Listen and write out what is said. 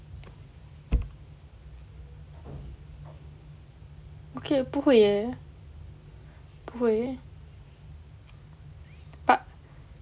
okay 不会 eh 不会